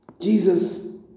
Jesus